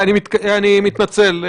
מה?